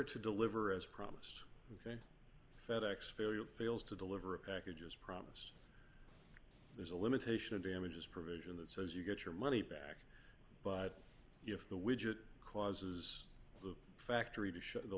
to deliver as promised fedex failure fails to deliver a package as promised there's a limitation of damages provision that says you get your money back but if the widget causes the factory to shut the